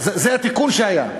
זה התיקון שהיה.